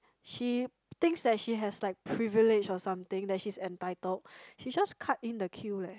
she thinks that she has like privilege or something that she's entitled she just cut in the queue leh